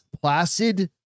Placid